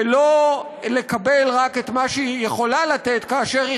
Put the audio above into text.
ולא לקבל רק את מי שהיא יכולה לתת כאשר היא